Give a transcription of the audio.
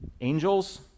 Angels